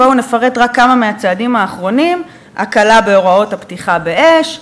בואו נפרט רק כמה מהצעדים האחרונים: הקלה בהוראות הפתיחה באש,